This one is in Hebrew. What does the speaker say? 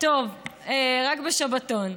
רק בשבתון.